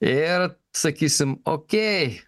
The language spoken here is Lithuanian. ir sakysim okei